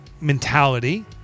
mentality